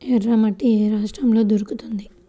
ఎర్రమట్టి ఏ రాష్ట్రంలో దొరుకుతుంది?